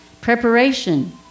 Preparation